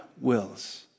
wills